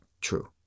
true